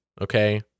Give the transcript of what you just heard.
okay